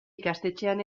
ikastetxean